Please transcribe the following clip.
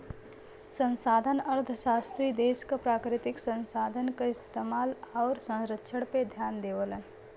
संसाधन अर्थशास्त्री देश क प्राकृतिक संसाधन क इस्तेमाल आउर संरक्षण पे ध्यान देवलन